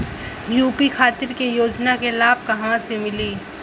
UP खातिर के योजना के लाभ कहवा से मिली?